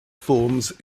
forms